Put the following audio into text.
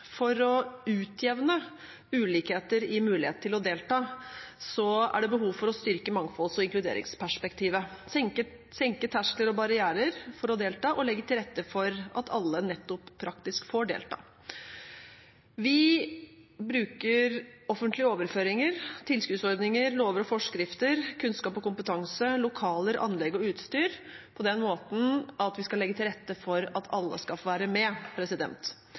For å utjevne ulikheter i mulighet til å delta er det behov for å styrke mangfolds- og inkluderingsperspektivet, senke terskler og barrierer for å delta og legge til rette for at alle nettopp praktisk får delta. Vi bruker offentlige overføringer, tilskuddsordninger, lover og forskrifter, kunnskap og kompetanse, lokaler, anlegg og utstyr på den måten at vi skal legge til rette for at alle skal få være med.